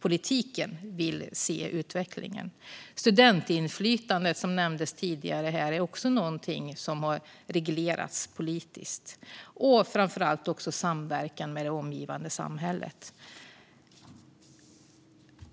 politiken vill se utvecklingen gå. Även studentinflytande, som nämndes tidigare, är någonting som har reglerats politiskt. Jag vill också lyfta fram samverkan med det omgivande samhället.